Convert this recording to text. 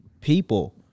people